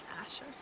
Asher